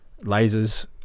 lasers